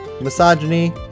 misogyny